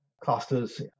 clusters